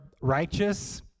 righteous